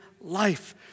life